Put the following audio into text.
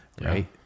right